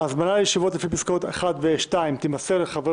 ההזמנה לישיבות לפי פסקאות (1) ו-(2) תימסר לחברי